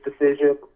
decision